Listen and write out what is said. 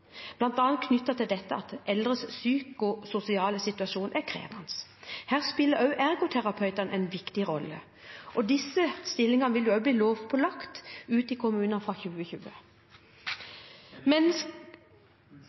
til at eldres psykososiale situasjon er krevende. Her spiller også ergoterapeutene en viktig rolle. Disse stillingene vil bli lovpålagt ute i kommunene fra 2020.